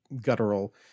guttural